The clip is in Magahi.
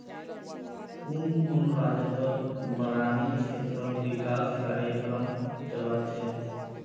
कुन कुन राज्यतत बारानी क्षेत्र विकास कार्यक्रम चला छेक